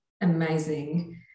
amazing